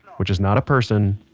which is not a person,